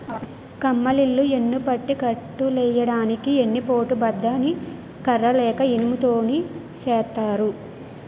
కమ్మలిల్లు యెన్నుపట్టి కట్టులెయ్యడానికి ఎన్ని పోటు బద్ద ని కర్ర లేక ఇనుము తోని సేత్తారు